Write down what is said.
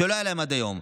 מה שלא היה להם עד היום.